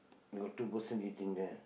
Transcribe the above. they got two person eating there